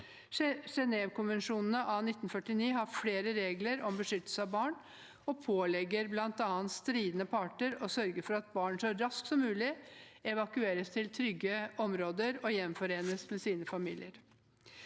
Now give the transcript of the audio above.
Genèvekonvensjonene av 1949 har flere regler om beskyttelse av barn og pålegger bl.a. stridende parter å sørge for at barn så raskt som mulig evakueres til trygge områder og gjenforenes med sine familier.